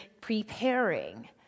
preparing